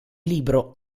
libro